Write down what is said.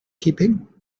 keeping